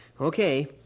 Okay